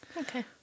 Okay